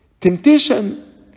Temptation